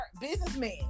businessman